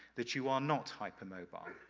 that you are not hypermobile.